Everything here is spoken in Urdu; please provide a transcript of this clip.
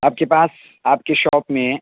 آپ کے پاس آپ کی شاپ میں